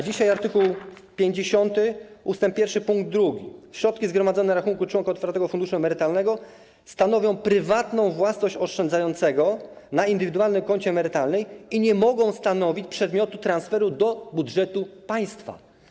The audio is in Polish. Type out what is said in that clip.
Dzisiaj według art. 50 ust. 1 pkt 2 środki zgromadzone na rachunku członka otwartego funduszu emerytalnego stanowią prywatną własność oszczędzającego na tym indywidualnym koncie emerytalnym i nie mogą stanowić przedmiotu transferu do budżetu państwa.